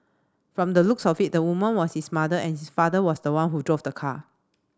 from the looks of it the woman was his mother and his father was the one who drove the car